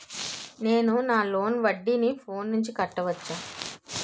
నేను నా లోన్ వడ్డీని ఫోన్ నుంచి కట్టవచ్చా?